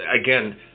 again